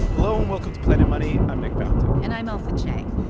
hello, and welcome to planet money. i'm nick fountain and i'm ailsa chang.